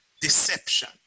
deception